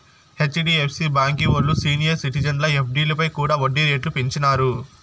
HDFC బాంకీ ఓల్లు senior సిటిజన్ల ఎఫ్డీలపై కూడా ఒడ్డీ రేట్లు పెంచినారు